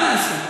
מהחניון.